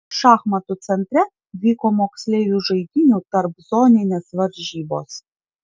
šachmatų centre vyko moksleivių žaidynių tarpzoninės varžybos